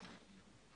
רז,